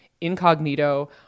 incognito